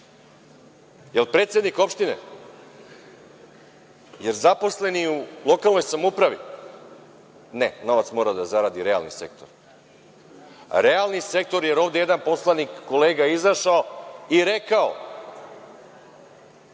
Jel predsednik opštine? Jel zaposleni u lokalnoj samoupravi? Ne, novac mora da zaradi realni sektor. Realni sektor, jer ovde je jedan poslanik kolega izašao i rekao